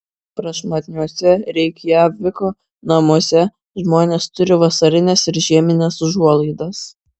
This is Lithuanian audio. prašmatniuose reikjaviko namuose žmonės turi vasarines ir žiemines užuolaidas